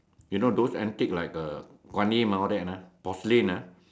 you know those antique like uh Guan-Im all that ah porcelain ah